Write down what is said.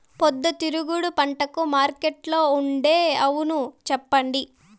పొద్దుతిరుగుడు పంటకు మార్కెట్లో ఉండే అవును చెప్పండి?